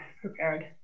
prepared